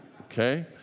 okay